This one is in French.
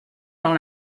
dans